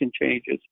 changes